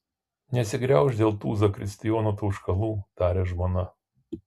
nesigraužk dėl tų zakristijono tauškalų tarė žmona